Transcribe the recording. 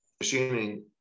machining